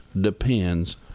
depends